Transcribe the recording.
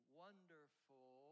wonderful